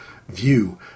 view